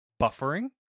buffering